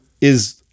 is-